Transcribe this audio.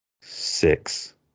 six